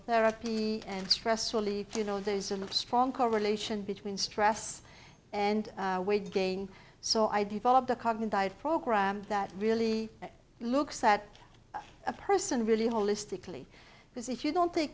therapy and stress relief you know there isn't a strong correlation between stress and weight gain so i developed a common diet program that really looks at a person really holistically because if you don't take